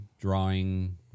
drawing